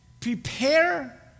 Prepare